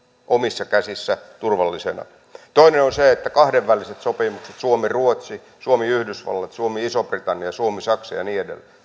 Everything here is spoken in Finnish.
omissa käsissä turvallisena toinen elementti on kahdenväliset sopimukset suomi ruotsi suomi yhdysvallat suomi iso britannia suomi saksa ja niin edelleen